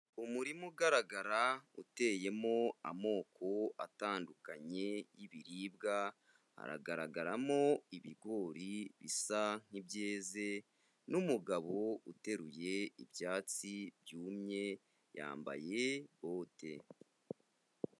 Umurima ugaragara uteyemo amoko atandukanye y'ibiribwa, haragaragaramo ibigori bisa nk'ibyeze n'umugabo uteruye ibyatsi byumye yambaye ikote.